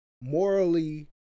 morally